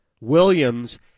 Williams